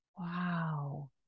wow